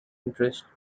interest